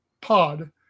pod